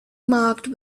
marked